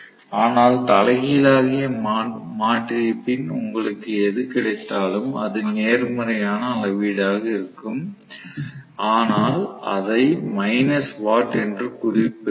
ஆனால் தலைகீழாக மாற்றிய பின் உங்களுக்கு எது கிடைத்தாலும் அது நேர்மறையான அளவீடாக இருக்கும் ஆனால் அதை மைனஸ் வாட் என்று குறிப்பெடுங்கள்